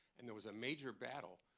and there was a major battle